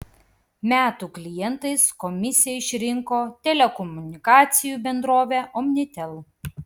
metų klientais komisija išrinko telekomunikacijų bendrovę omnitel